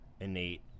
innate